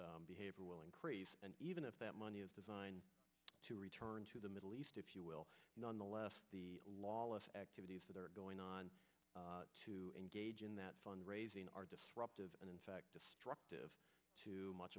the behavior will increase and even if that money is designed to return to the middle east if you will nonetheless the lawless activity going on to engage in that fund raising are disruptive and in fact destructive to much